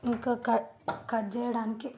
ఇంకా cut cut చేయడానికి